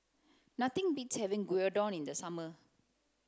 nothing beats having Gyudon in the summer